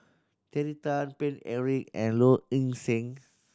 Terry Tan Paine Eric and Low Ing Sing